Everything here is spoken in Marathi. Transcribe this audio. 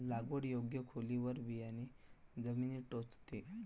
लागवड योग्य खोलीवर बियाणे जमिनीत टोचते